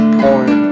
porn